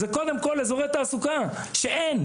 זה קודם כל אזורי תעסוקה שאין,